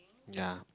ya